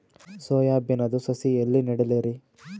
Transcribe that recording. Soya ಬಿನದು ಸಸಿ ಎಲ್ಲಿ ನೆಡಲಿರಿ?